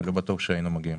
לא בטוח שהיינו מגיעים.